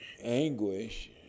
anguish